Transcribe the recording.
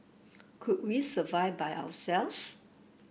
could we survive by ourselves